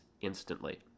instantly